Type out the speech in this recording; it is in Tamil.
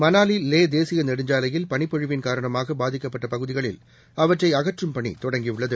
மணாலி லே தேசிய நெடுஞ்சாவையில் பனிப்பொழிவின் காரணமாக பாதிக்கப்பட்ட பகுதிகளில் அவற்றை அகற்றும் பணி தொடங்கியுள்ளது